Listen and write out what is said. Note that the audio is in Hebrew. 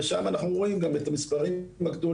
ושם אנחנו גם רואים את המספרים הגדולים